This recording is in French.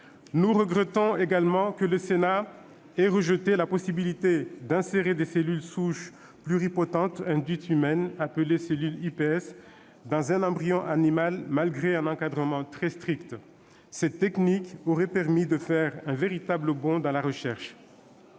Nous regrettons également que le Sénat ait rejeté la possibilité d'insérer des cellules souches pluripotentes induites humaines, les « cellules iPS », dans un embryon animal, malgré un encadrement très strict. Cette technique aurait permis à la recherche de faire un véritable bond. Cela traduit